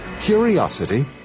Curiosity